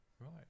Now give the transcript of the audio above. Right